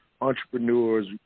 entrepreneurs